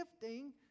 gifting